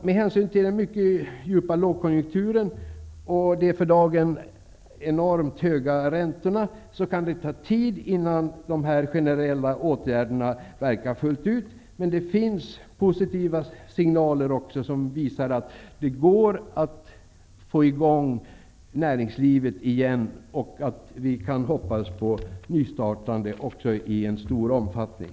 Med hänsyn till den mycket djupa lågkonjunkturen och de för dagen enormt höga räntorna kan det ta tid innan dessa generella åtgärder börjar verka fullt ut. Men det finns också positiva signaler, som visar att det går att få i gång näringslivet igen och att vi kan hoppas på ett nystartande i stor omfattning.